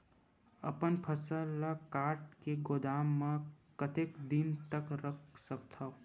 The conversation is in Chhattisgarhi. अपन फसल ल काट के गोदाम म कतेक दिन तक रख सकथव?